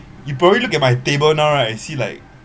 you probably look at my table now right see like